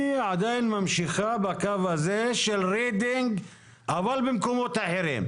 היא עדיין ממשיכה בקו הזה של רידינג אבל במקומות אחרים.